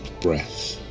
breath